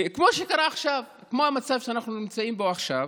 כמו שקרה עכשיו, כמו המצב שאנחנו נמצאים בו עכשיו,